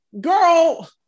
girl